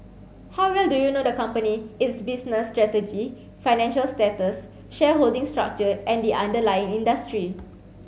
how well do you know the company its business strategy financial status shareholding structure and the underlying industry